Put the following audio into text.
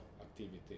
activity